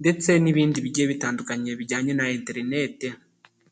ndetse n'ibindi bigiye bitandukanye bijyanye na interinete.